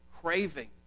craving